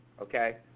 Okay